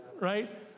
right